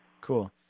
Cool